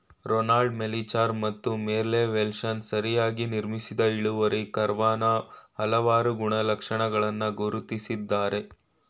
Ronald Melichar ಮತ್ತು Merle Welshons ಸರಿಯಾಗಿ ನಿರ್ಮಿಸಿದ ಇಳುವರಿ ಕರ್ವಾನ ಹಲವಾರು ಗುಣಲಕ್ಷಣಗಳನ್ನ ಗುರ್ತಿಸಿದ್ದಾರೆ